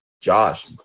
Josh